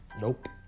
Nope